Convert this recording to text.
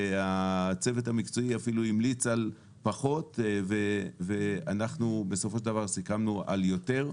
הצוות המקצועי אפילו המליץ על פחות ואנחנו בסופו של דבר סיכמנו על יותר,